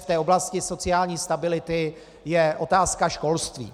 V oblasti sociální stability je otázka školství.